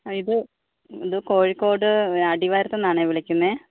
ഇത് ഇത് കോഴിക്കോട് അടിവാരത്ത് നിന്നാണേ വിളിക്കുന്നത്